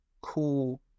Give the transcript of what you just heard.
cool